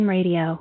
Radio